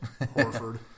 Horford